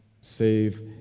save